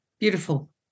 Beautiful